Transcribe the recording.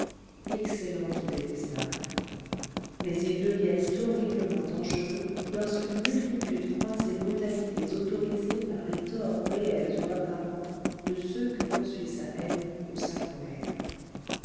excellents ou détestables mais ils deviennent horriblement dangereux lorsqu'une multitude croit ses brutalités autorisées par les torts réels ou apparents de ceux que poursuit sa haine ou sa colère